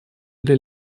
для